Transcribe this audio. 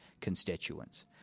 constituents